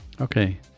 Okay